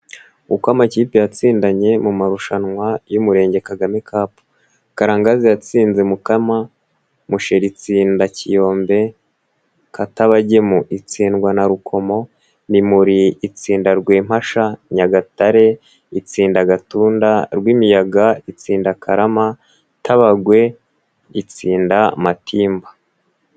Uko amakipe yatsindanye mu marushanwa y'Umurenge Kagame kapu. Karangazi yatsinze Mukama, Musheri itsinda Kiyombe, Katabagemu itsindwa na Rukomo, Mimuri itsinda Rwempasha, Nyagatare itsinda Gatunda, Rwimiyaga itsinda Karama, Tabagwe itsinda Matimba.